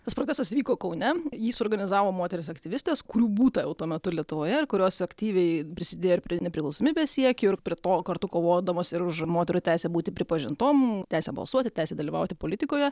tas procesas įvyko kaune jį suorganizavo moterys aktyvistės kurių būtą jau tuo metu lietuvoje ir kurios aktyviai prisidėjo prie nepriklausomybės siekio ir prie to kartu kovodamos ir už moterų teisę būti pripažintom teisę balsuoti teisę dalyvauti politikoje